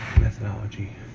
methodology